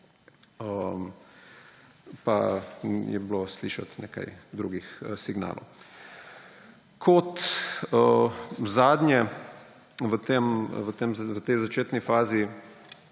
pa je bilo slišati nekaj drugih signalov. Kot zadnje v tej začetni fazi,